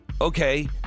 okay